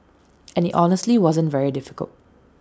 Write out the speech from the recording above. and IT honestly wasn't very difficult